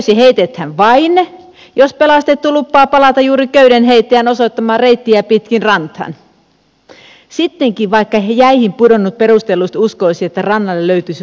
pelastusköysi heitetään vain jos pelastettu lupaa palata juuri köydenheittäjän osoittamaa reittiä pitkin rantaan sittenkin vaikka jäihin pudonnut perustellusti uskoisi että rannalle löytyy se toinenkin reitti